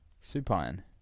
supine